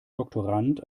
doktorand